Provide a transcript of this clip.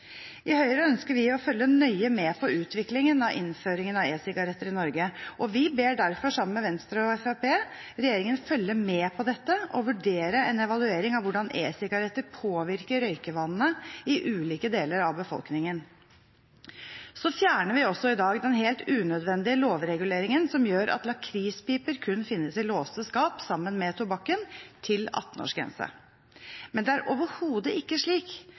I Høyre ønsker vi å følge nøye med på utviklingen av innføringen av e-sigaretter i Norge. Vi ber derfor, sammen med Venstre og Fremskrittspartiet, regjeringen følge med på dette og vurdere en evaluering av hvordan e-sigaretter påvirker røykevanene i ulike deler av befolkningen. Så fjerner vi også i dag den helt unødvendige lovreguleringen som gjør at lakrispiper kun finnes i låste skap sammen med tobakken til 18-årsgrense. Men det er overhodet ikke slik